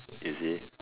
is it